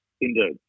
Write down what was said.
Indeed